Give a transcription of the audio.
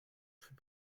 fut